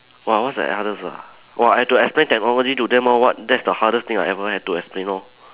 !wah! what's the hardest ah !wah! I have to explain technology to them lor what that's the hardest thing I ever had to explain lor